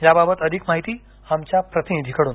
याबाबत अधिक माहिती आमच्या प्रतिनिधीकडून